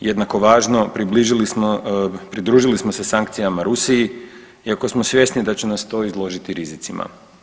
Jednako važno, približili smo, pridružili smo se sankcijama Rusiji iako smo svjesni da će nas to izložiti rizicima.